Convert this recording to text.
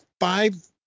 five